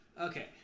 Okay